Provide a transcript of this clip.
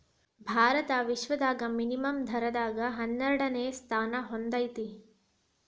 ಭಾರತ ವಿಶ್ವದಾಗ ವಿನಿಮಯ ದರದಾಗ ಹನ್ನೆರಡನೆ ಸ್ಥಾನಾ ಹೊಂದೇತಿ